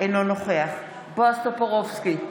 אינו נוכח בועז טופורובסקי,